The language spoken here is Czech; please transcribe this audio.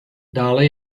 dále